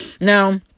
Now